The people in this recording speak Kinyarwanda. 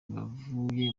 bavuye